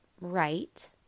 right